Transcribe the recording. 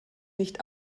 nicht